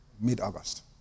mid-August